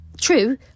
true